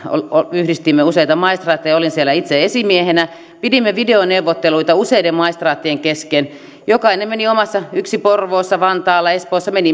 yhdistimme useita maistraatteja olin siellä itse esimiehenä pidimme videoneuvotteluita useiden maistraattien kesken jokainen meni yksi porvoossa vantaalla espoossa